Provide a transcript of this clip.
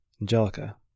Angelica